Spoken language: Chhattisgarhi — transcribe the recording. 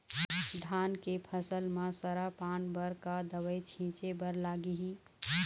धान के फसल म सरा पान बर का दवई छीचे बर लागिही?